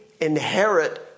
inherit